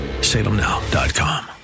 salemnow.com